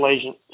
agent